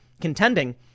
contending